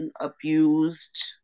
abused